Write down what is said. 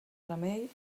remei